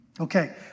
Okay